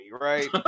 right